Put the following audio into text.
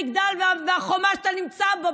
תצא מהמגדל והחומה שאתה נמצא בו,